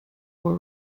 were